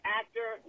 actor